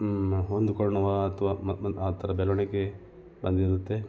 ಹೊಂದಿಕೊಳ್ಳುವ ಅಥ್ವಾ ಮ ಮ ಆ ಥರ ಬೆಳವಣಿಗೆ ಬಂದಿರುತ್ತೆ